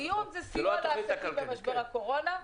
הדיון הוא סיוע לעסקים במשבר הקורונה.